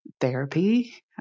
Therapy